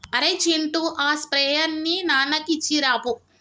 అరేయ్ చింటూ ఆ స్ప్రేయర్ ని నాన్నకి ఇచ్చిరాపో